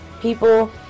People